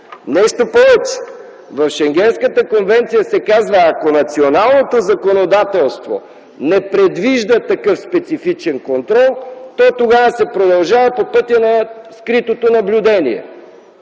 Нещо повече, в Шенгенската конвенция се казва, че ако националното законодателство не предвижда такъв специфичен контрол, то тогава се продължава по пътя на скритото наблюдение.